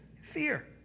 Fear